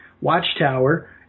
watchtower